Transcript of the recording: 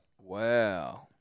Wow